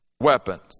weapons